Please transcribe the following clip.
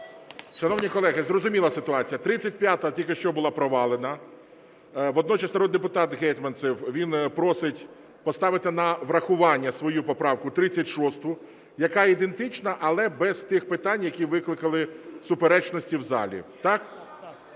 Шановні колеги, зрозуміла ситуація, 35-а тільки що була провалена. Водночас народний депутат Гетманцев, він просить поставити на врахування свою поправку 36, яка ідентична, але без тих питань, які викликали суперечності в залі. Так?